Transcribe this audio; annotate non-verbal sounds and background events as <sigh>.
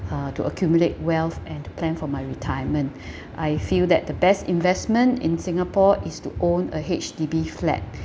uh to accumulate wealth and plan for my retirement <breath> I feel that the best investment in singapore is to own a H_D_B flat